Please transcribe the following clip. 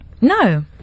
No